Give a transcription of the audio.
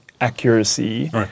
accuracy